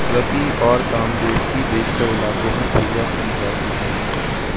رتی اور کامدیو کی بیشتر علاقوں میں پوجا کی جاتی ہے